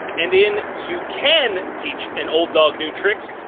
and in you can teach an old dog new tricks,